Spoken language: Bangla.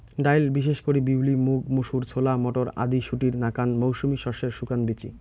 ডাইল বিশেষ করি বিউলি, মুগ, মুসুর, ছোলা, মটর আদি শুটির নাকান মৌসুমী শস্যের শুকান বীচি